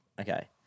Okay